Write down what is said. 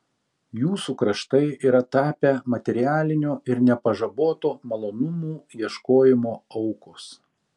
jūsų kraštai yra tapę materialinio ir nepažaboto malonumų ieškojimo aukos